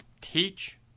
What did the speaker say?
teach